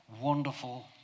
wonderful